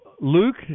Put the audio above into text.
Luke